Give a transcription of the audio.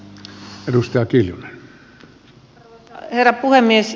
arvoisa herra puhemies